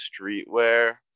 streetwear